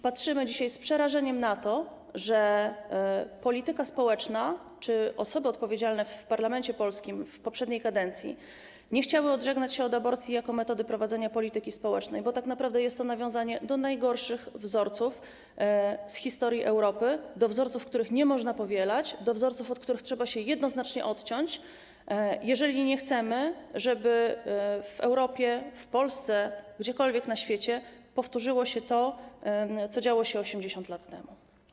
Patrzymy dzisiaj z przerażeniem na to, że osoby odpowiedzialne w parlamencie polskim w poprzedniej kadencji nie chciały odżegnać się od aborcji jako metody prowadzenia polityki społecznej, bo tak naprawdę jest to nawiązanie do najgorszych wzorców z historii Europy, do wzorców, których nie można powielać, do wzorców, od których trzeba się jednoznacznie odciąć, jeżeli nie chcemy, żeby w Europie, w Polsce, gdziekolwiek na świecie powtórzyło się to, co działo się 80 lat temu.